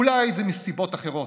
אולי זה מסיבות אחרות.